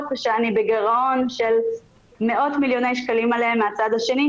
שאני בגירעון של מאות מיליוני שקלים עליהם מהצד השני,